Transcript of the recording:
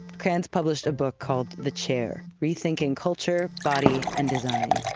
cranz published a book called the chair rethinking culture, body, and design.